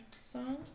song